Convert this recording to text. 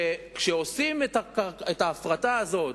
כשעושים את ההפרטה הזאת,